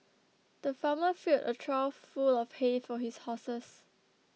the farmer filled a trough full of hay for his horses